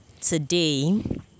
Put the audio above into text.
today